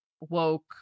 woke